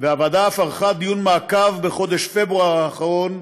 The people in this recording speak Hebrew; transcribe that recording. והוועדה אף ערכה דיון מעקב בחודש פברואר האחרון,